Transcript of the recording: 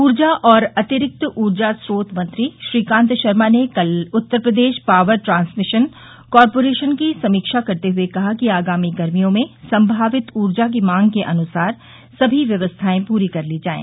ऊर्जा और अतिरिक्त ऊर्जा स्रोत मंत्री श्रीकांत शर्मा ने कल Uttar Pradesh power transmission corporation की समीक्षा करते हुए कहा कि आगामी गर्मियों में संभावित ऊर्जा की मांग के अनुसार सभी व्यवस्थाएं पूरी कर ली जाये